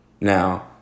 Now